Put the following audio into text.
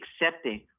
accepting